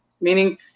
Meaning